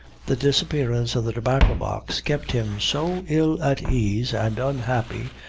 the disappearance of the tobacco-box kept him so ill at ease and unhappy,